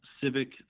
civic